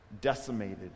decimated